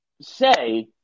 say